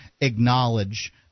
acknowledge